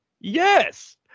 Yes